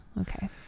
okay